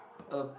a